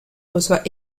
reçoit